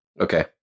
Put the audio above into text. Okay